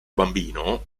bambino